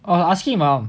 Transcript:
oh I asking about